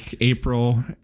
April